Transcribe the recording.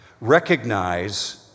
recognize